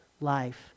life